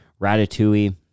Ratatouille